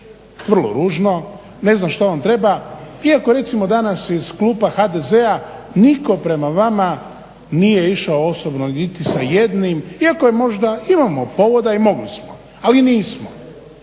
Vrlo ružno, ne znam što vam to treba iako recimo danas iz klupa HDZ-a nitko prema vama nije išao osobno niti sa jednim iako možda imamo povoda i mogli smo, ali nismo